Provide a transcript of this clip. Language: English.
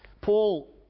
Paul